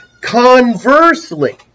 conversely